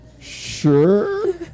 sure